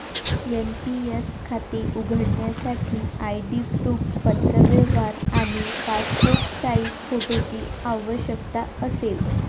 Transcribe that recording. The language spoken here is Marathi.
एन.पी.एस खाते उघडण्यासाठी आय.डी प्रूफ, पत्रव्यवहार आणि पासपोर्ट साइज फोटोची आवश्यकता असेल